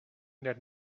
that